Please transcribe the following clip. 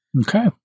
okay